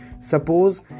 Suppose